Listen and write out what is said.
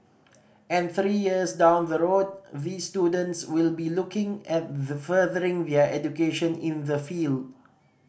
and three years down the road these students will be looking at the furthering their education in the field